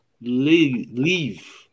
leave